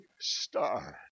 star